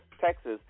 Texas